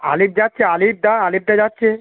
আলিফ যাচ্ছে আলিফদা আলিফদা যাচ্ছে